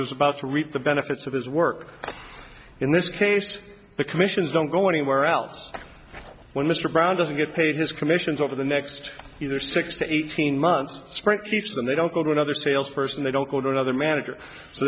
was about to reap the benefits of his work in this case the commissions don't go anywhere else when mr brown doesn't get paid his commissions over the next either six to eighteen months sprint he says and they don't go to another salesperson they don't go to another manager so